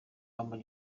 humble